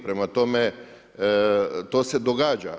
Prema tome, to se događa.